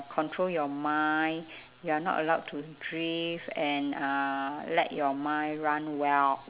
control your mind you are not allowed to drift and uh let your mind run wild